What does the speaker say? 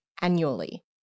annually